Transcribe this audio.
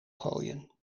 gooien